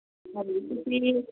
ਹਾਂਜੀ ਤੁਸੀਂ